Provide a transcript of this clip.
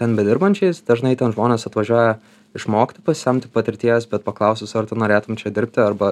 ten bedirbančiais dažnai ten žmonės atvažiuoja išmokti pasisemti patirties bet paklausus ar tu norėtum čia dirbti arba